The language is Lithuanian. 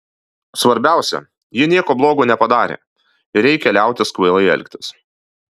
svarbiausia ji nieko blogo nepadarė ir reikia liautis kvailai elgtis